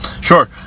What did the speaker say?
sure